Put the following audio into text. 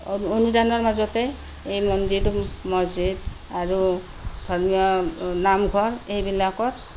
অনুদানৰ মাজতে এই মন্দিৰটো মছজিদ আৰু ধৰ্মীয় নামঘৰ এইবিলাকত